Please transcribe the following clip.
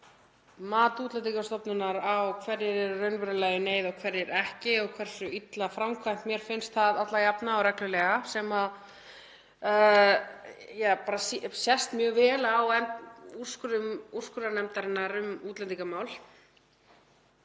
mat Útlendingastofnunar á því hverjir eru í raunverulegri neyð og hverjir ekki og hversu illa framkvæmt mér finnst það alla jafna og reglulega, sem sést mjög vel á úrskurðum kærunefndar um útlendingamál,